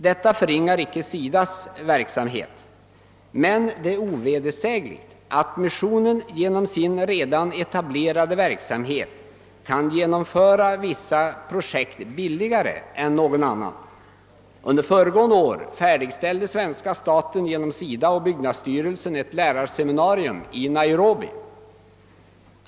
Detta förringar inte SIDA:s verksamhet, men det är ovedersägligt att missionen genom sin redan etablerade verksamhet kan genomföra vissa projekt billigare än någon annan. Under föregående år färdigställde svenska staten genom SIDA och byggnadsstyrelsen ett lärarseminarium i Nairobi.